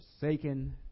forsaken